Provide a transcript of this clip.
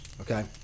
okay